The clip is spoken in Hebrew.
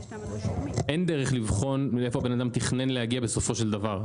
אין דרך לבחון לאן האדם תכנן להגיע בסופו של דבר.